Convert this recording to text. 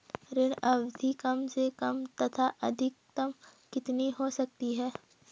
ऋण अवधि कम से कम तथा अधिकतम कितनी हो सकती है?